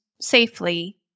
safely